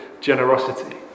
generosity